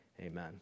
Amen